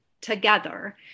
together